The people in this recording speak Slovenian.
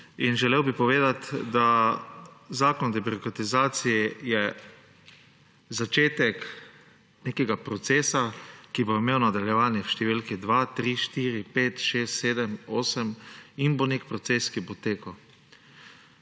In želel bi povedati, da zakon o debirokratizaciji je začetek nekega procesa, ki bo imel nadaljevanje v številki 2, 3, 4, 5, 6, 7, 8 in bo nek proces, ki bo tekel.